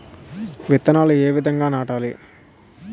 విత్తనాలు ఏ విధంగా నాటాలి?